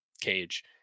cage